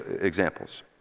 examples